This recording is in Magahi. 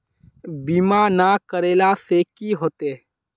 बीमा ना करेला से की होते?